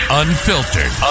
unfiltered